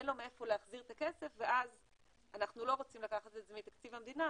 אין לו מאיפה להחזיר את הכסף ואנחנו לא רוצים לקחת את זה מתקציב המדינה,